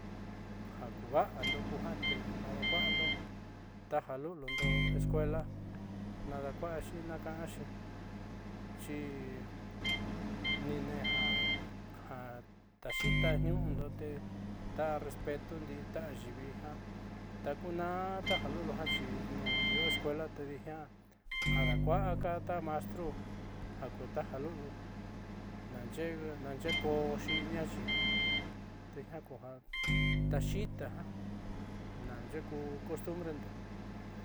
Jakuvando jaté nakuando tajalulu ndo escuela nakuxhi nakanxhi xhi ninejan jan ta xhita niundo te ta respeto ndii ta'a yivii jan tanaá taja lulujan chí no ihó escuela tedii jian arakua taka mastró jakuta jalulu nayee, neyee koxhi ñaxhi teka kuu jan taxhitá já nayuku cost bre ndó.